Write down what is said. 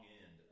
end